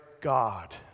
God